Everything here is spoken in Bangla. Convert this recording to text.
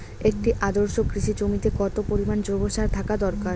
একটি আদর্শ কৃষি জমিতে কত পরিমাণ জৈব সার থাকা দরকার?